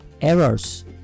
errors